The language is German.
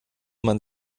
man